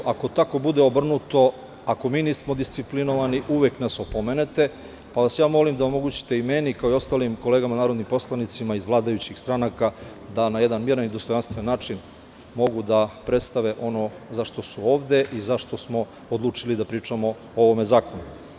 Ako tako bude obrnuto, ako mi nismo disciplinovani, uvek nas opomenete, pa vas molim da omogućite meni kao i ostalim kolegama narodnim poslanicima iz vladajućih stranaka da na jedna miran i dostojanstven način mogu da predstave ono zašta su ovde i zašta smo odlučili da pričamo o ovom zakonu.